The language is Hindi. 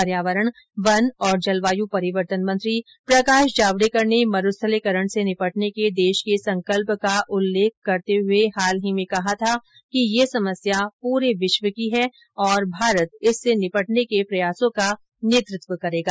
पर्यावरण वन और जलवायू परिवर्तन मंत्री प्रकाश जावडेकर ने मरुस्थलीकरण से निपटने के देश के संकल्प का उल्लेख करते हुए हाल में कहा था कि यह समस्या पूरे विश्व की है और भारत इससे निपटने के प्रयासों का नेतत्व करेगा